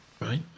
Right